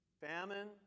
famine